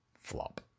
flop